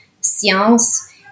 science